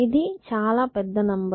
ఇది చాలా పెద్ద నెంబర్